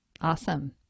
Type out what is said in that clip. Awesome